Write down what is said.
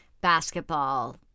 basketball